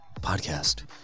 Podcast